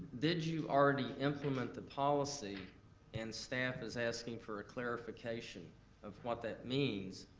did you already implement the policy and staff is asking for a clarification of what that means,